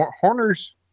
Horner's